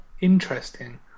interesting